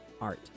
Art